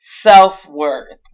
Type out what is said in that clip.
self-worth